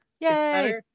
Yay